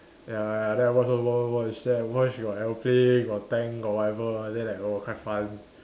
ya ya then I watch watch watch watch watch then I watch got aeroplane got tank got whatever then like oh quite fun